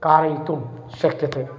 कारयितुं शक्यते